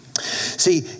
See